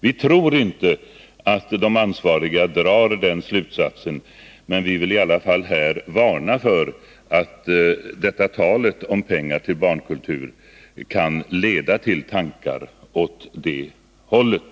Vi tror inte att de ansvariga drar denna slutsats, men vi vill här varna för att detta tal om pengar till barnkultur kan leda till tankar åt det hållet.